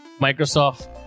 Microsoft